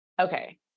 Okay